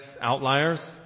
outliers